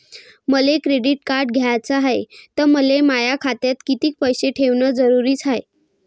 मले credit card घ्याचं हाय, त मले माया खात्यात कितीक पैसे ठेवणं जरुरीच हाय?